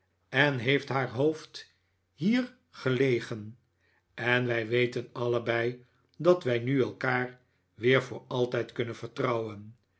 en heeft haar hoofd hier gelegen en wij weten allebei dat wij ma elkaar weer voor altijd kunnen vertrouwen